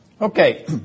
Okay